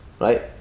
right